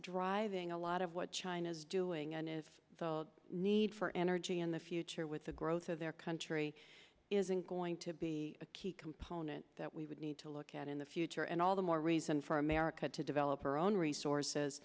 driving a lot of what china is doing and if the need for energy in the future with the growth of their country isn't going to be a key component that we would need to look at in the future and all the more reason for america to develop our own resources